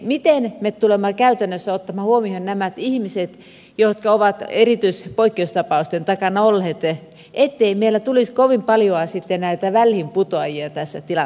eli miten me tulemme käytännössä ottamaan huomioon nämä ihmiset jotka ovat erityis ja poikkeustapausten takana olleet ettei meillä tulisi kovin paljoa sitten näitä väliinputoa jia tässä tilanteessa